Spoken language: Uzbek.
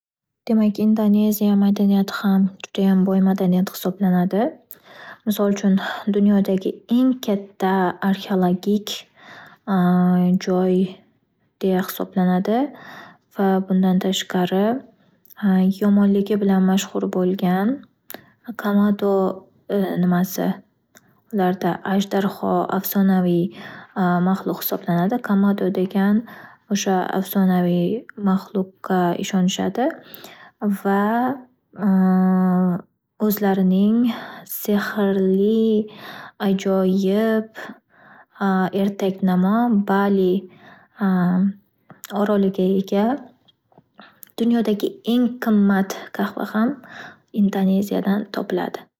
Demak indoneziya madaniyati ham juda boy madaniyat hisoblanadi, misol uchun eng katta arxeologik joy deya hisoblanadi Bundan tashqari yomonligi bilan mashhur bo’lgan kamado nimasi ularda ajdarho afsonaviy mahluq hisoblanadi kamado degan afsonaviy mahluqqa ishonishadi va o'zlarining sehrli ajoyib ertaknamo bali oroliga ega dunyodagi eng qimmat qahva ham indoneziyadan topiladi.